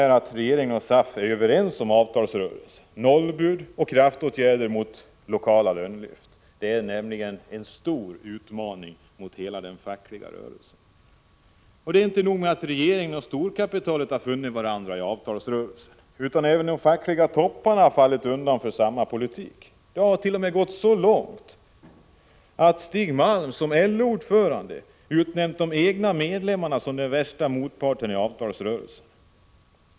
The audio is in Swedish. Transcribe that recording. Regeringen och SAF är överens om avtalsrörelsen — nollbud och kraftåtgärder mot lokala lönelyft. De är en stor utmaning mot hela den fackliga rörelsen. Inte nog med att regeringen och storkapitalet har funnit varandra i avtalsrörelsen, utan även de fackliga topparna har fallit undan för samma politik. Det har t.o.m. gått så långt att Stig Malm som LO-ordförande utnämnt de egna medlemmarna till den värsta motparten i avtalsrörelsen.